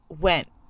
went